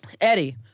Eddie